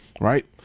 right